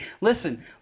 Listen